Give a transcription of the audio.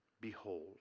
Behold